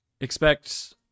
Expect